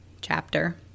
Chapter